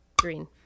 Green